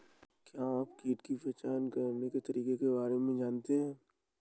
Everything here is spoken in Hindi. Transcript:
क्या आप कीट की पहचान करने के तरीकों के बारे में जानते हैं?